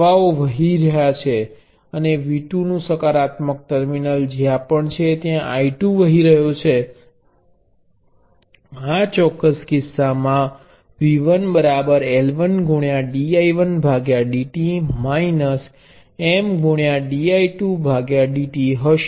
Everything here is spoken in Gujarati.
પ્રવાહ વહી રહ્યો છે અને V2 નું સકારાત્મક ટર્મિનલ જ્યાં પણ છે ત્યા I2 વહી રહ્યો છે આ ચોક્કસ કિસ્સામાં V1 L1 dI1dt M dI2dt હશે